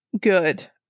good